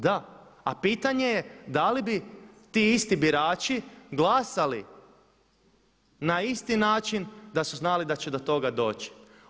Da a pitanje je da li bi ti isti birači glasali na isti način da su znali da će do toga doći?